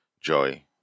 Joy